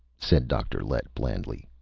said dr. lett blandly.